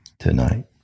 tonight